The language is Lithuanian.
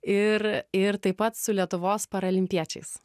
ir i taip pat su lietuvos paralimpiečiais